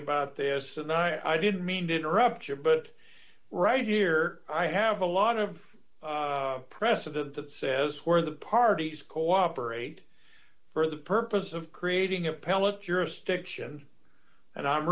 about this and i didn't mean to interrupt you but right here i have a lot of precedent that says where the parties cooperate for the purpose of creating appellate jurisdiction and i'm